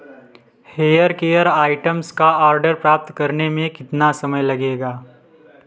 hair care items का order प्राप्त करने में कितना समय लगेगा